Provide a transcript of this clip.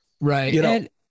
Right